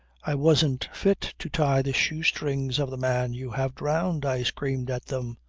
i wasn't fit to tie the shoe-strings of the man you have drowned, i screamed at them.